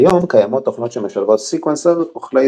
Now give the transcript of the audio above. כיום קיימות תוכנות שמשלבות סקוונסר וכלי